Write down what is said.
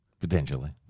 Potentially